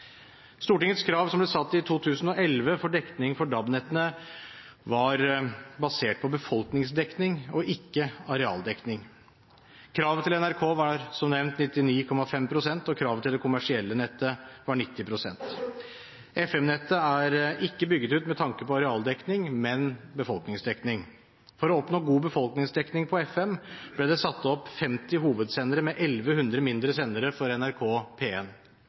Stortingets krav, som ble satt i 2011 for dekning av DAB-nettet, var basert på befolkningsdekning og ikke arealdekning. Kravet til NRK var, som nevnt, 99,5 pst., og kravet til det kommersielle nettet var 90 pst. FM-nettet er ikke bygd ut med tanke på arealdekning, men befolkningsdekning. For å oppnå god befolkningsdekning på FM, ble det satt opp 50 hovedsendere med 1 100 mindre sendere for NRK